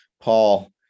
Paul